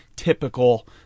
typical